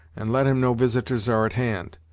and let him know visiters are at hand.